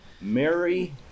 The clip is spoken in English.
Mary